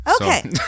Okay